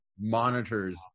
monitors